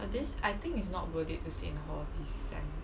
but this I think is not worth it to stay in hall this sem